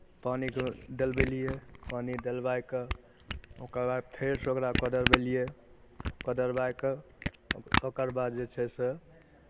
पानिके डलबेलियै पानि डलबाय कऽ ओकर बाद फेरसँ ओकरा कोदरबेलियै कोदरबाय कऽ ओकर बाद जे छै से